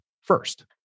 first